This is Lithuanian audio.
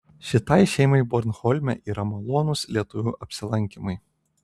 šitai šeimai bornholme yra malonūs lietuvių apsilankymai